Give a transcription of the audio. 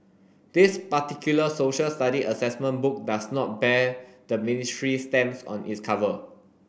this particular social study assessment book does not bear the ministry's stamps on its cover